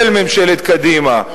כולל ממשלת קדימה,